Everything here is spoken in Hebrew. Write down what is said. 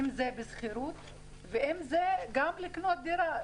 אם זה בשכירות ואם זה גם לקנות דירה.